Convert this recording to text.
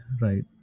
right